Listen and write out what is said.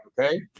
Okay